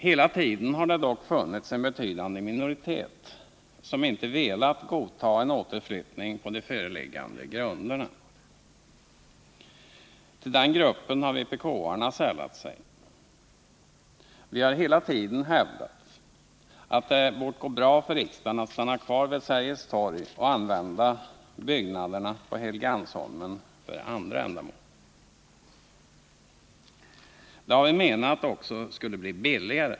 Hela tiden har det dock funnits en betydande minoritet som inte velat godtaga en återflyttning på de föreliggande grunderna. Till den gruppen har vpk-arna sällat sig. Vi har hela tiden hävdat att det borde ha gått bra för riksdagen att stanna kvar vid Sergels torg och att byggnaderna på Helgeandsholmen kunde användas för andra ändamål. Det skulle, har vi menat, också bli billigare.